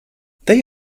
they